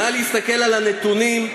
נא להסתכל על הנתונים,